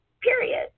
Period